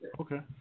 okay